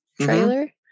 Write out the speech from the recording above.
trailer